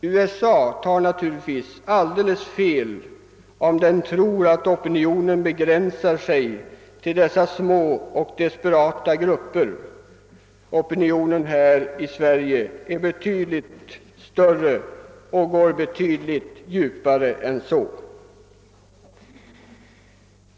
USA tar emellertid alldeles fel om man där tror, att opinionen begränsar sig till dessa små och desperata grupper. Opinionen här i Sverige är betydligt större och går betydligt djupare än så.